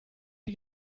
die